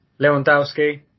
Lewandowski